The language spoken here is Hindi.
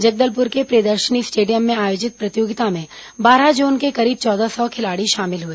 जगदलपुर के प्रियदर्शनी स्टेडियम में आयोजित प्रतियोगिता में बारह जोन के करीब चौदह सौ खिलाड़ी शामिल हुए